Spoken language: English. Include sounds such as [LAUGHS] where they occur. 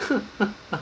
[LAUGHS]